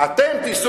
אני רוצה להגיד לך